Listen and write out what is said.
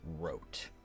wrote